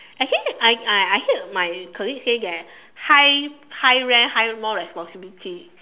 actually I I I hear my colleague say that high high rank high more responsibility